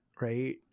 right